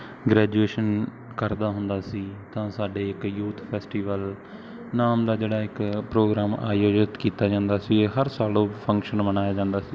graduation ਕਰਦਾ ਹੁੰਦਾ ਸੀ ਤਾਂ ਸਾਡੇ ਇੱਕ ਯੂਥ ਫੈਸਟੀਵਲ ਨਾਮ ਦਾ ਜਿਹੜਾ ਇੱਕ ਪ੍ਰੋਗਰਾਮ ਆਯੋਜਿਤ ਕੀਤਾ ਜਾਂਦਾ ਸੀ ਹਰ ਸਾਲ ਉਹ ਫੰਕਸ਼ਨ ਮਨਾਇਆ ਜਾਂਦਾ ਸੀ